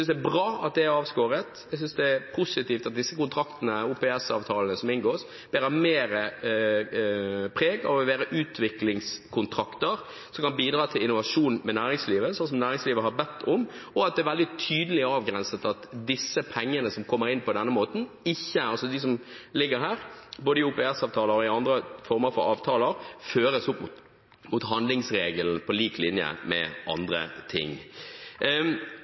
synes det er bra at det er avskåret. Jeg synes det er positivt at disse kontraktene, OPS-avtalene som inngås, bærer mer preg av å være utviklingskontrakter som kan bidra til innovasjon opp mot næringslivet, sånn som næringslivet har bedt om, og at det er veldig tydelig avgrenset at disse pengene som kommer inn på denne måten – altså de som ligger her, både i OPS-avtaler og i andre former for avtaler – føres opp mot handlingsregelen på lik linje med andre ting.